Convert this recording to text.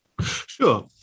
Sure